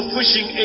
pushing